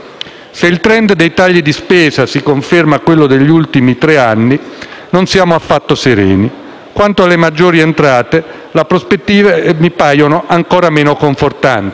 Se il *trend* dei tagli di spesa si conferma quello degli ultimi tre anni, non siamo affatto sereni. Quanto alle maggiori entrate, le prospettive mi paiono ancora meno confortanti.